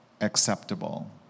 acceptable